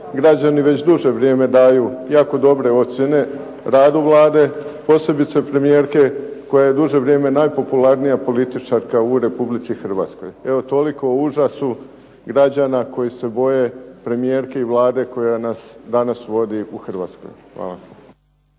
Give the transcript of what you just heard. građani već dulje vrijeme daju jako dobre ocjene radu Vlade, posebice premijerke koja je duže vrijeme najpopularnija političarka u Republici Hrvatskoj. Evo toliko o užasu građana koji se boje premijerke i Vlade koji nas danas vodi u Hrvatskoj. Hvala.